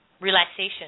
relaxation